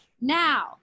Now